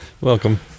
Welcome